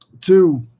Two